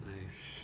nice